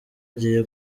agiye